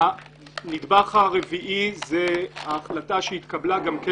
הנדבך הרביעי זה ההחלטה שהתקבלה גם כן